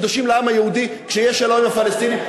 קדושים לעם היהודי כשיהיה שלום עם הפלסטינים?